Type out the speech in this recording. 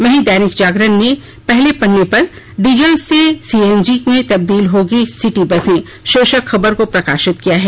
वहीं दैनिक जागरण ने अपने पहले पन्ने पर डीजल से सीएनजी में तब्दील होंगी सिटी बसें शीर्षक खबर को प्रकाशित किया है